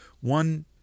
one